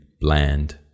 bland